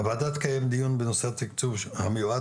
הוועדה תקיים דיון בנושא התקצוב המיועד